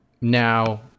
Now